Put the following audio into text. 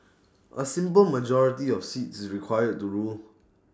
A simple majority of seats is required to rule